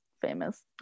famous